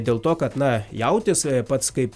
dėl to kad na jautis pats kaip